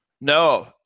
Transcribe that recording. No